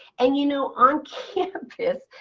and you know on campus,